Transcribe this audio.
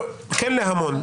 כן להמון.